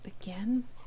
Again